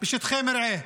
בשטחי מרעה.